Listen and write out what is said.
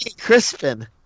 Crispin